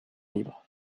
libre